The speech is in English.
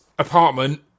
Apartment